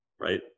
right